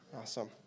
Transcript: Awesome